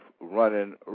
running